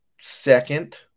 Second